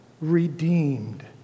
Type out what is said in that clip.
redeemed